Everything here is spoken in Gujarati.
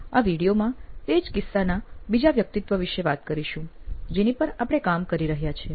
આ વિડિઓ માં તે જ કિસ્સાના બીજા વ્યક્તિત્વ વિષે વાત કરીશું જેની પર આપણે કામ કરી રહ્યા છીએ